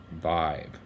vibe